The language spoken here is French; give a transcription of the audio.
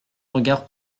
regard